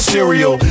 Cereal